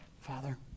Father